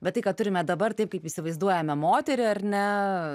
bet tai ką turime dabar taip kaip įsivaizduojame moterį ar ne